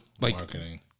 marketing